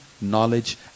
knowledge